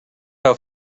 how